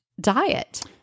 diet